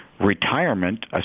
Retirement